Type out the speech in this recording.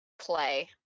play